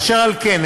אשר על כן,